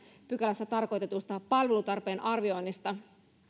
pykälässä tarkoitetusta palvelutarpeen arvioinnista